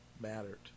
Mattered